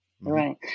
Right